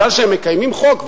משום שהם מקיימים חוק,